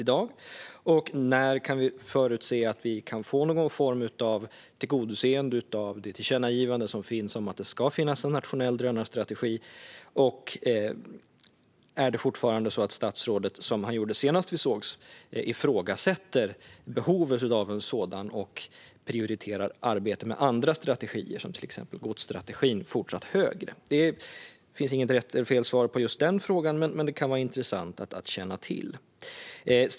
Och jag undrade: När kan vi få någon form av tillgodoseende av det tillkännagivande som finns om att det ska finnas en nationell drönarstrategi? Är det fortfarande så att statsrådet ifrågasätter behovet av en sådan, som han gjorde senast vi sågs, och prioriterar arbete med andra strategier, till exempel godsstrategin, högre? Det finns inget rätt eller fel svar på just de frågorna, men det kan vara intressant att känna till.